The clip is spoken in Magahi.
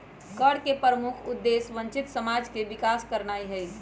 कर के प्रमुख उद्देश्य वंचित समाज के विकास करनाइ हइ